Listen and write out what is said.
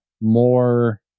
more